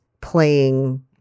playing